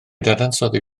dadansoddi